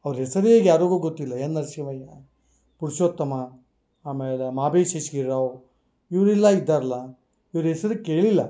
ಅವ್ರ ಹೆಸರೇ ಯಾರಿಗೂ ಗೊತ್ತಿಲ್ಲ ಎನ್ ನರ್ಸಿಂಹಯ್ಯ ಪುರುಷೋತ್ತಮ ಆಮೇಲೆ ಮಾ ಬಿ ಶೇಷಗಿರಿ ರಾವ್ ಇವ್ರೆಲ್ಲ ಇದ್ದಾರಲ್ಲ ಇವ್ರ ಹೆಸ್ರ್ ಕೇಳಿಲ್ಲ